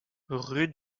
rue